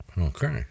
okay